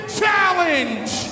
challenge